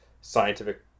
scientific